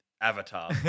Avatar